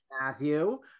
Matthew